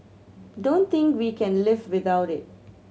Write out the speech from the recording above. don't think we can live without it